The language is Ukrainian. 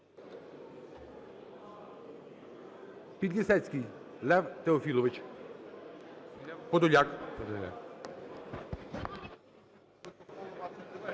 Підлісецький Лев Теофілович. Подоляк.